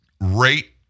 rate